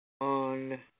on